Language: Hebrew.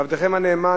ועבדכם הנאמן,